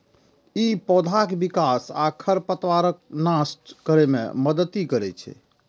ई पौधाक विकास आ खरपतवार नष्ट करै मे मदति करै छै